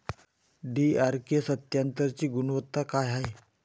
DRK सत्यात्तरची गुनवत्ता काय हाय?